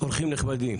אורחים נכבדים.